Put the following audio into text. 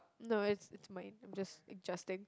no it's it's mine I'm just adjusting